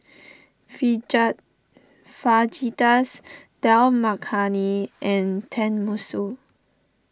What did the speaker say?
Fajitas Dal Makhani and Tenmusu